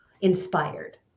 inspired